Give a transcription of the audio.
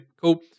Cool